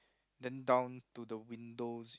then down to the windows